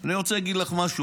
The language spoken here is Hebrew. אני רוצה להגיד לך משהו.